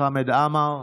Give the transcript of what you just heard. חמד עמאר.